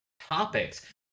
Topics